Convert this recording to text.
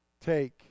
Take